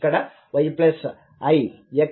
ఇక్కడ yix కనిపిస్తుంది